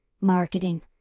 marketing